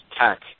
Tech